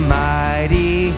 mighty